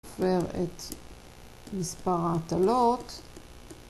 עובר את מספר ההטלות